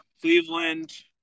Cleveland